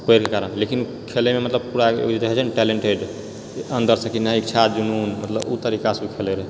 ओहिके कारण लेकिन खेलएमे मतलब पूरा ओ जे होइत छेै नहि टेलेन्टेड अन्दरसँ कि नहि इच्छा जुनून मतलब ओ तरीकासँ ओ खेलए रहै